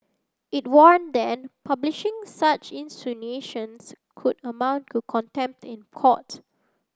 it warn that publishing such insinuations could amount to contempt in court